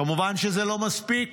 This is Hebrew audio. כמובן שזה לא מספיק,